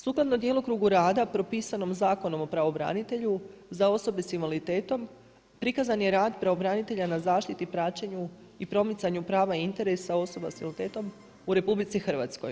Sukladno djelokrugu rada propisanom Zakonom o pravobranitelju za osobe sa invaliditetom, prikazan je rad pravobranitelja na zaštiti, praćenju i promicanja prava i interesa osobe sa invaliditetom u RH.